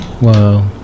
Wow